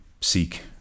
seek